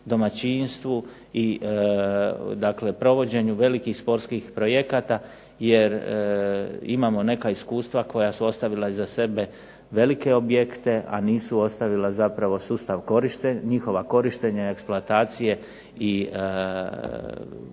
domaćinstvu i dakle provođenju velikih sportskih projekata jer imamo neka iskustva koja su ostavila iza sebe velike objekte, a nisu ostavila zapravo sustav njihova korištenja i eksploatacije i dobrog